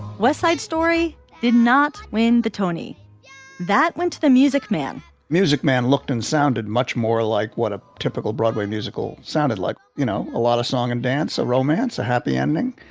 west side story did not win the tony that went to the music man music man looked and sounded much more like what a typical broadway musical sounded like. you know, a lot of song and dance, a romance, a happy ending.